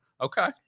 Okay